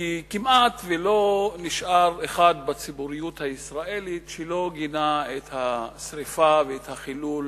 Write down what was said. כי כמעט לא נשאר אחד בציבוריות הישראלית שלא גינה את השרפה ואת החילול